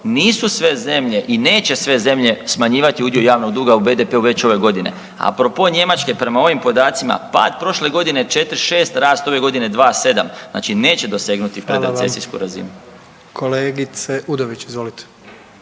nisu sve zemlje i neće sve zemlje smanjivati udio javnog duga u BDP-u već ove godine. Apropo Njemačke prema ovim podacima pad prošle godine 4,6 rast ove godine 2,7, znači neće dosegnuti pred recesijsku razinu. **Jandroković, Gordan